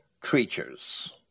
creatures